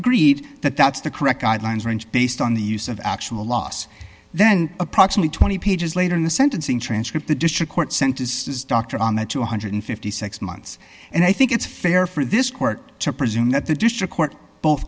agreed that that's the correct guidelines range based on the use of actual loss then approximately twenty pages later in the sentencing transcript the district court sent his doctor on a two hundred and fifty six months and i think it's fair for this court to presume that the district court both